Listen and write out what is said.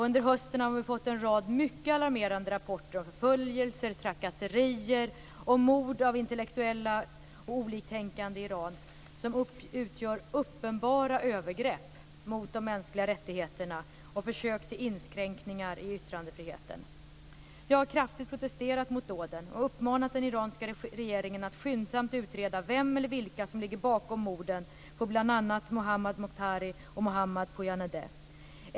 Under hösten har vi fått en rad mycket alarmerande rapporter om förföljelser, trakasserier och mord av intellektuella och oliktänkande i Iran som utgör uppenbara övergrepp mot de mänskliga rättigheterna och försök till inskränkningar i yttrandefriheten. Jag har kraftigt protesterat mod dåden och uppmanat den iranska regeringen att skyndsamt utreda vem eller vilka som ligger bakom morden på bl.a.